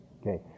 Okay